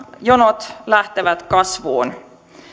jonot lähtevät kasvuun